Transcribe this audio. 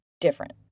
different